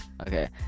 okay